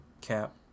Cap